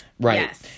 Right